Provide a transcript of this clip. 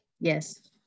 yes